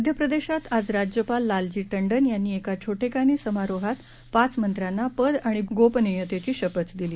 मध्यप्रदेशात आज राज्यपाल लालजी ऊन यांनी एका छो खानी समारोहात पाच मंत्र्यांना पद आणि गोपनीयतेची शपथ दिली